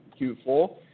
Q4